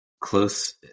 close